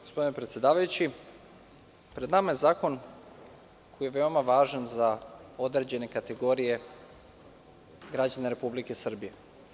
Gospodine predsedavajući, pred nama je zakon koji je veoma važan za određene kategorije građana Republike Srbije.